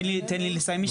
תן לי לסיים משפט.